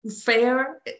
fair